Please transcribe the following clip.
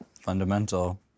Fundamental